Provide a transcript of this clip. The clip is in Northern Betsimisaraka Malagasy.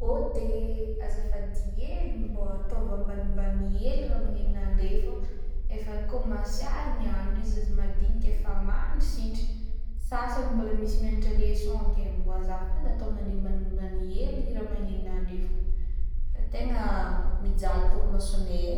Ôdy e, azafady hely mba ataovy ambanimbaly hely raha magnegnonandre i fô efa commence aligny andro i, zaza madiniky efa mandry signitry, sasany mbola misy miagnatra leçon ke mbô azafady ataovinandre ambanimbany hely raha magnenognandre fa tegna mijaly torimasognay e.